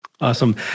Awesome